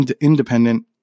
independent